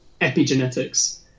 epigenetics